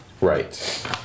Right